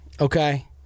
Okay